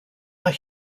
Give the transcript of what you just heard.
are